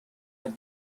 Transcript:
but